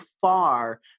far